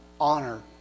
honor